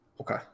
okay